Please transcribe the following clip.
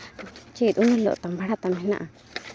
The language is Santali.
ᱪᱮᱫ ᱩᱱ ᱦᱤᱞᱳᱜ ᱛᱟᱢ ᱵᱷᱟᱲᱟ ᱛᱟᱢ ᱢᱮᱱᱟᱜᱼᱟ